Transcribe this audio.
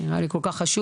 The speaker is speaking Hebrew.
נראה לי כל כך חשוב.